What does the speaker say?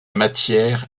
matière